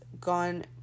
gone